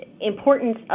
importance